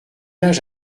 âge